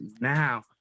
now